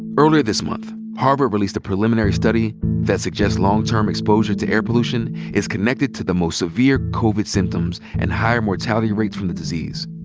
earlier this month harvard released a preliminary study that suggests long-term exposure to air pollution is connected to the more severe covid symptoms and high mortality rates from the disease.